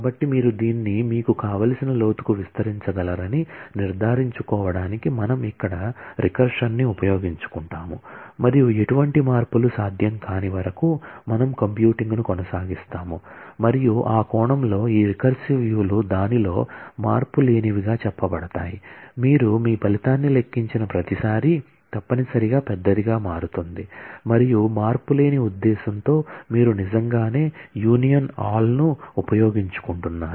కాబట్టి మీరు దీన్ని మీకు కావలసిన లోతుకు విస్తరించగలరని నిర్ధారించుకోవడానికి మనం ఇక్కడ రికర్సన్ ని ఉపయోగించుకుంటాము మరియు ఎటువంటి మార్పులు సాధ్యం కాని వరకు మనం కంప్యూటింగ్ను కొనసాగిస్తాము మరియు ఆ కోణంలో ఈ రికర్సివ్ వ్యూ లు దానిలో మార్పులేనివిగా చెప్పబడతాయి మీరు మీ ఫలితాన్ని లెక్కించిన ప్రతిసారీ తప్పనిసరిగా పెద్దదిగా మారుతుంది మరియు మార్పులేని ఉద్దేశ్యంతో మీరు నిజంగానే యూనియన్ ఆల్ ను ఉపయోగించుకుంటున్నారు